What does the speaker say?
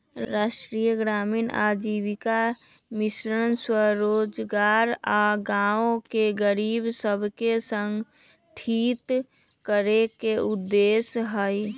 राष्ट्रीय ग्रामीण आजीविका मिशन स्वरोजगार आऽ गांव के गरीब सभके संगठित करेके उद्देश्य हइ